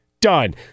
done